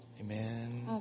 Amen